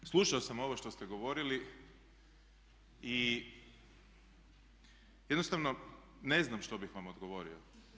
Pa slušao sam ovo što ste govorili i jednostavno ne znam što bih vam odgovorio.